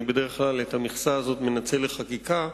אני בדרך כלל את המכסה הזאת מנצל לחקיקה,